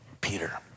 peter